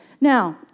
Now